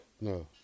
No